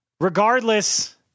regardless